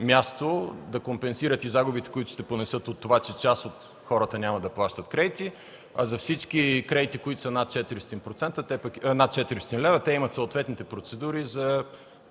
място да компенсират и загубите, които ще понесат от това, че част от хората няма да плащат кредити. А за всички кредити, които са над 400 лв., те имат съответните процедури за